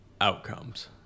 outcomes